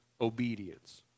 obedience